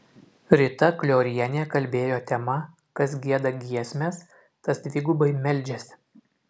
rita kliorienė kalbėjo tema kas gieda giesmes tas dvigubai meldžiasi